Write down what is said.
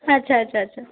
আচ্ছা আচ্ছা আচ্ছা